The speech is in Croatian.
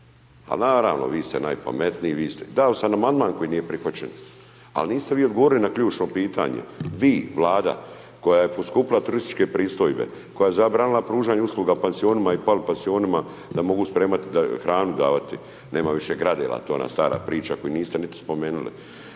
Al' naravno, vi ste najpametniji, vi ste, dao sam amandman koji nije prihvaćen, al' niste vi odgovorili na ključno pitanje, Vi, Vlada koja je poskupila turističke pristojbe, koja je zabranila pružanje usluga pansionima i polupansionima da mogu spremati, hranu davati, nema više gradela, to je ona stara priča koju niste niti spomenuli.